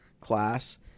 class